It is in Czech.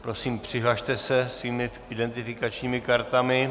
Prosím, přihlaste se svými identifikačními kartami.